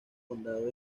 condado